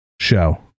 show